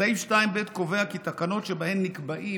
סעיף 2(ב) קובע כי תקנות שבהן נקבעים